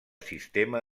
sistema